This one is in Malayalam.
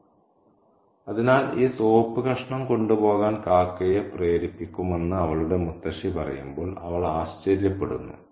" അതിനാൽ ഈ സോപ്പ് കഷ്ണം കൊണ്ടുപോകാൻ കാക്കയെ പ്രേരിപ്പിക്കുമെന്ന് അവളുടെ മുത്തശ്ശി പറയുമ്പോൾ അവൾ ആശ്ചര്യപ്പെടുന്നു